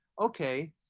okay